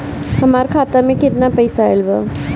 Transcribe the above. हमार खाता मे केतना पईसा आइल बा?